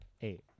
eight